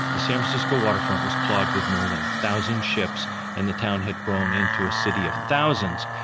the san francisco waterfront was clogged with more than a thousand ships and the town had grown into a city of thousands.